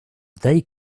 they